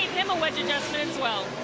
him a wedge adjustment as well.